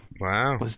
Wow